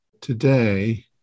today